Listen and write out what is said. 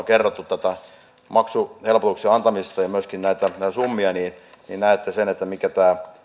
kerrottu tämän maksuhelpotuksen antamisen vaikutuksista ja myöskin näitä summia niin siitä näette sen mitä tämä